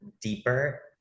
deeper